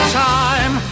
time